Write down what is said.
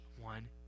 one